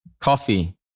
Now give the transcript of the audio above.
coffee